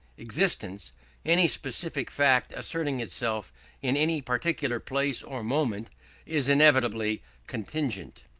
existence any specific fact asserting itself in any particular place or moment is inevitably contingent,